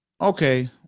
okay